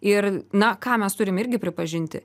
ir na ką mes turim irgi pripažinti